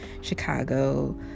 Chicago